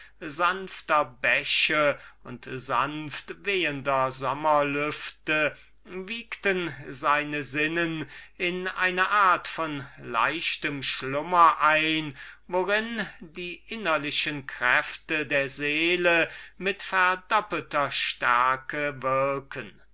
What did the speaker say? sanfter bäche und der sanft wehenden sommer lüfte wiegten seine sinnen in eine art von leichtem schlummer ein worin die innerlichen kräfte der seele mit verdoppelter stärke